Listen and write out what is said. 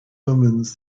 omens